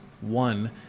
One